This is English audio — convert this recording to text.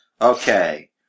Okay